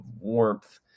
warmth